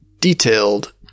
detailed